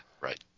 Right